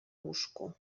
łóżku